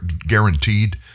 guaranteed